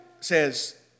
says